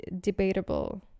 debatable